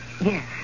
Yes